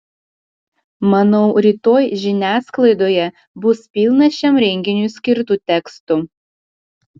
manau rytoj žiniasklaidoje bus pilna šiam renginiui skirtų tekstų